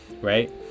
Right